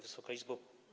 Wysoka Izbo!